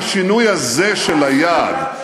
בשינוי הזה של היעד,